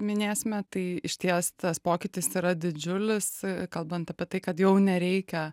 minėsime tai išties tas pokytis yra didžiulis kalbant apie tai kad jau nereikia